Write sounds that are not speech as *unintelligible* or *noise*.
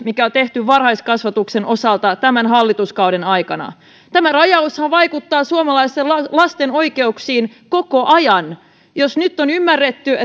mikä on tehty varhaiskasvatuksen osalta tämän hallituskauden aikana tämä rajaushan vaikuttaa suomalaisten lasten oikeuksiin koko ajan jos nyt on ymmärretty *unintelligible*